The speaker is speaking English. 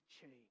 change